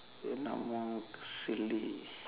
it no more silly